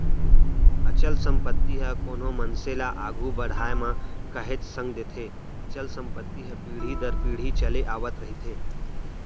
अचल संपत्ति ह कोनो मनसे ल आघू बड़हाय म काहेच संग देथे अचल संपत्ति ह पीढ़ी दर पीढ़ी चले आवत रहिथे